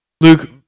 Luke